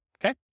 Okay